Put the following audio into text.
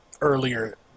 earlier